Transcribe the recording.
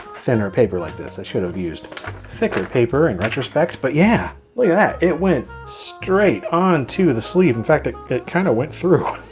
thinner paper like this. i should have used thicker paper in retrospect. but yeah well yeah yeah it went straight on to the sleeve. in fact it it kind of went through.